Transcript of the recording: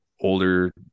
older